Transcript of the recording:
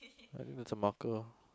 have you had some marker